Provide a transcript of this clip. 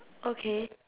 okay